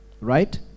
right